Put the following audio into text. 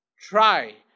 try